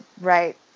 right